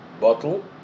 bottle